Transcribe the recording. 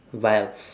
vilf